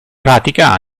pratica